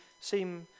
seem